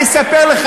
אני אספר לך,